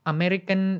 American